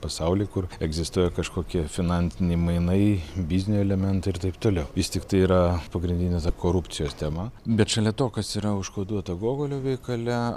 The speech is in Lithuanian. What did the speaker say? pasauly kur egzistuoja kažkokie finansiniai mainai biznio elementai ir taip toliau vis tiktai yra pagrindinė ta korupcijos tema bet šalia to kas yra užkoduota gogolio veikale